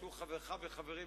שהוא חברך וחברי,